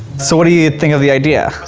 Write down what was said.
so what do ya think of the idea?